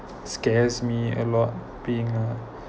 scares me a lot being a